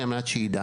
ואולי גם בצדק,